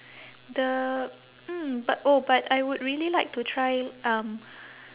the mm but oh but I would really like to try um